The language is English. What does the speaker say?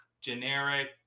generic